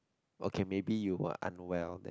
okay maybe you are unwell that